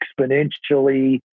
exponentially